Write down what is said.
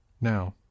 Now